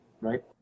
right